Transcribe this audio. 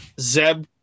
Zeb